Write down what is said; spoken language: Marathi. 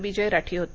विजय राठी होते